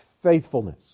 Faithfulness